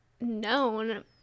known